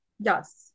Yes